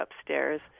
upstairs